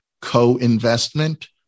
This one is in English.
co-investment